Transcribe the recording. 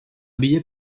billet